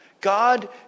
God